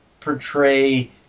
portray